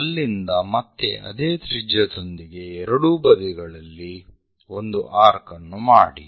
ಅಲ್ಲಿಂದ ಮತ್ತೆ ಅದೇ ತ್ರಿಜ್ಯದೊಂದಿಗೆ ಎರಡೂ ಬದಿಗಳಲ್ಲಿ ಒಂದು ಆರ್ಕ್ ಅನ್ನು ಮಾಡಿ